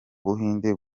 buhinde